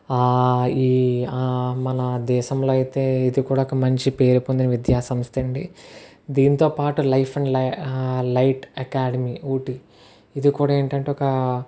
ఈ మన దేశంలో అయితే ఇది కూడా ఒక మంచి పేరు పొందిన విద్యా సంస్థ అండి దీనితో పాటు life and light academy Ooty ఇది కూడా ఏంటంటే ఒక